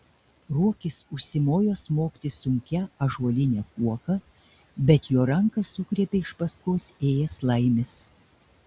ruokis užsimojo smogti sunkia ąžuoline kuoka bet jo ranką sugriebė iš paskos ėjęs laimis